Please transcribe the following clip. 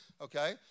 okay